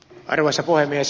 arvoisa puhemies